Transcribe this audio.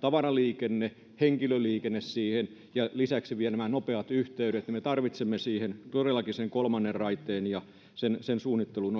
tavaraliikenteen henkilöliikenteen siihen ja lisäksi vielä nämä nopeat yhteydet me tarvitsemme siihen todellakin sen kolmannen raiteen ja sen sen suunnittelun